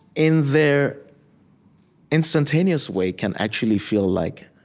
in their instantaneous way can actually feel like